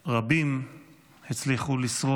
רבים הצליחו לשרוד.